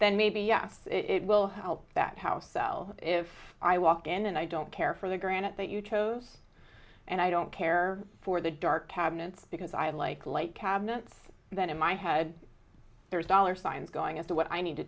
then maybe yes it will help that house sell if i walk in and i don't care for the granite that you chose and i don't care for the dark cabinets because i like light cabinets then in my head there's dollar signs going up the what i need to